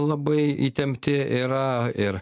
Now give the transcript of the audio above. labai įtempti yra ir